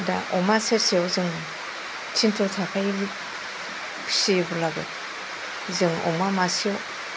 दा अमा सेरसेयाव जों थिनस' थाखायै फियोब्लाबो जों अमा मासेयाव